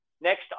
next